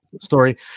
story